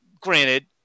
granted